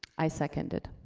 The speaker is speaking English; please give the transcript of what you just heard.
i seconded.